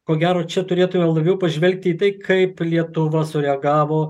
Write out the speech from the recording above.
ko gero čia turėtume labiau pažvelgti į tai kaip lietuva sureagavo